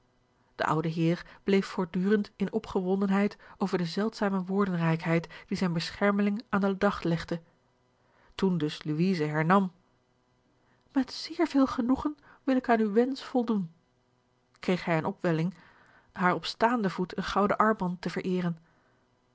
de oude heer bleef voortdurend in opgewondenheid over de zeldzame woordenrijkheid die zijn beschermeling aan den dag legde toen dus louise hernam met zeer veel genoegen wil ik aan uw wensch voldoen kreeg hij eene op welling haar op staanden voet een gouden armband te vereeren